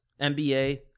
MBA